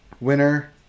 winner